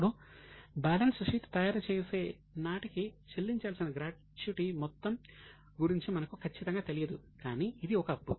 ఇప్పుడు balance sheet తయారుచేసే నాటికి చెల్లించాల్సిన గ్రాట్యుటీ మొత్తం గురించి మనకు ఖచ్చితంగా తెలియదు కానీ ఇది ఒక అప్పు